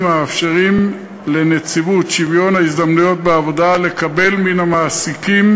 המאפשרים לנציבות שוויון הזדמנויות בעבודה לקבל מן המעסיקים